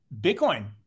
Bitcoin